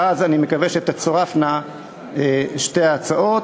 ואז אני מקווה שתצורפנה שתי ההצעות.